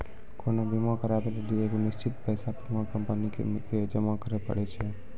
कोनो बीमा कराबै लेली एगो निश्चित पैसा बीमा कंपनी के जमा करै पड़ै छै